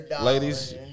ladies